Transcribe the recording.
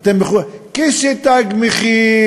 כש"תג מחיר",